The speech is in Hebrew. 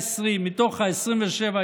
ישראל." אני שומע את הצליל של ההכרזה.